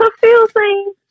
confusing